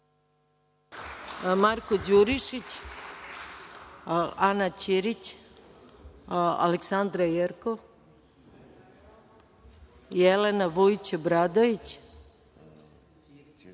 Marko Đurišić, Ana Ćirić, Aleksandra Jerkov, Jelena Vujić Obradović, Zoran